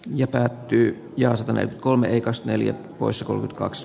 ja päättyy jaskanen kolme ikast neljä poissa kolme kaks